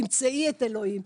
תמצאי את אלוהים.